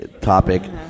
topic